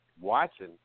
watching